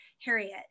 Harriet